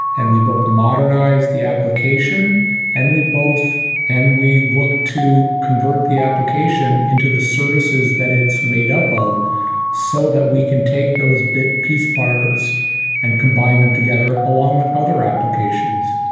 and we both modernize the application and we both and we look to convert the application into the services that it's made up of so that we can take those bit piece parts and combine them together along with other applications.